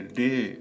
day